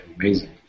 amazing